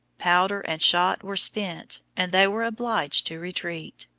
powder and shot were spent, and they were obliged to retreat.